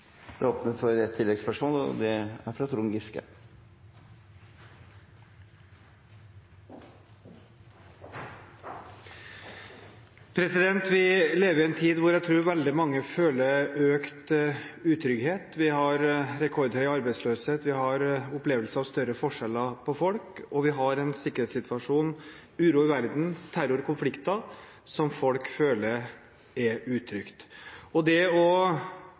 Det åpnes for oppfølgingsspørsmål – først Trond Giske. Vi lever i en tid da jeg tror veldig mange føler utrygghet. Vi har rekordhøy arbeidsløshet, vi har en opplevelse av større forskjeller mellom folk, og vi har en sikkerhetssituasjon, uro i verden, terror og konflikter, som folk føler er utrygt. Det å